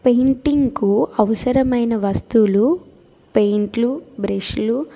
పెయింటింగ్కు అవసరమైన వస్తువులు పెయింట్లు బ్రష్లు